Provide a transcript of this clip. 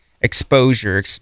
exposure